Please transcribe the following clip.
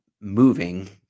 moving